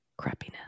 crappiness